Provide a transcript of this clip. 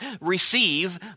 receive